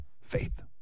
Faith